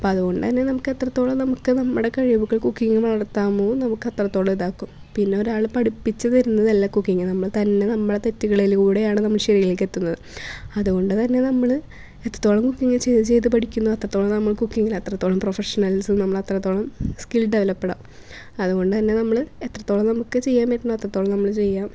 അപ്പമതുകൊണ്ടന്നെ നമുക്കെത്രത്തോളം നമുക്ക് നമ്മുടെ കഴിവുകൾ കൂക്കിങ്ങ് നടത്താൻ പോവും നമ്മുക്കത്രത്തോളം ഇതാക്കും പിന്നൊരാൾ പഠിപ്പിച്ച് തരുന്നതല്ല കുക്കിങ്ങ് നമ്മൾ തന്നെ നമ്മുടെ തെറ്റുകളിലൂടെയാണ് നമ്മൾ ശരിയിലേക്കെത്തുന്നത് അതുകൊണ്ട് തന്നെ നമ്മൾ എത്രത്തോളം കുക്കിങ്ങ് ചെയ്ത് പഠിക്കുന്നു അത്രത്തോളം നമ്മൾ കുക്കിങ്ങിൽ അത്രത്തോളം പ്രഫഷണൽസ് നമ്മളത്രത്തോളം സ്കിൽ ഡെവലപ്പ്ഡാ അതുകൊണ്ട് തന്നെ നമ്മൾ എത്രത്തോളം നമുക്ക് ചെയ്യാൻ പറ്റുന്നോ അത്രത്തോളം നമ്മൾ ചെയ്യാം